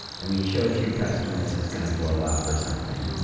and when you show it to your customers, it's going to blow up, or something,